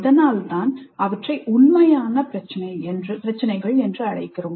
அதனால்தான் அவற்றை உண்மையான பிரச்சினைகள் என்று அழைக்கிறோம்